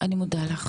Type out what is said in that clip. אני מודה לך,